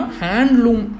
handloom